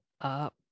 up